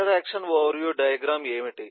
interaction overview diagram ఏమిటి